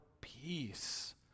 peace